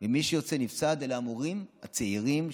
ומי שיצאו נפסדים הם המורים הצעירים,